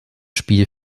spiel